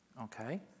Okay